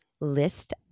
List